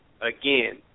again